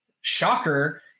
shocker